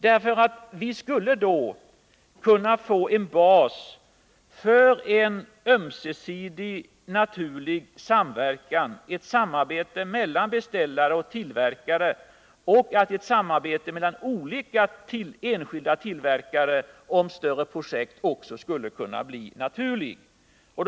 Vi vill ha en samverkan, ett samarbete mellan beställare och tillverkare. Ett samarbete mellan olika enskilda tillverkare på större projekt skulle också bli naturligt.